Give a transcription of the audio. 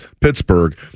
Pittsburgh